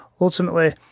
ultimately